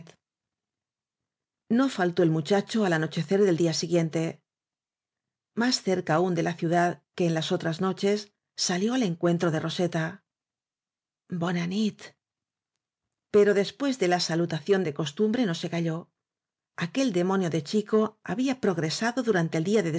no faltó el muchacho al anochecer del día siguiente más cerca aún de la ciudad que en las otras noches salió al encuentro de roseta bóna nit pero después de la salutación de costumbre no se calló aquel demonio de chico había pro gresado durante el día